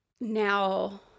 now